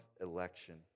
election